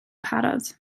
parod